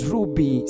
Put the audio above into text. Ruby